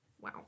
Wow